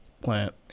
plant